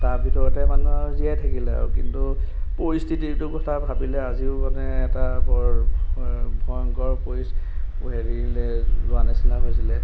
তাৰ ভিতৰতে মানুহ আৰু জীয়াই থাকিলে আৰু কিন্তু পৰিস্থিতিটোৰ কথা ভাবিলে আজিও মানে এটা বৰ ভয় ভয়ংকৰ হেৰিলৈ যোৱা নিচিনা হৈছিলে